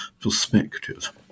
perspective